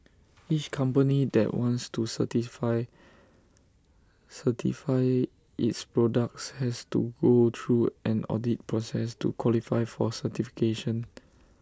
each company that wants to certify its products has to go through an audit process to qualify for certification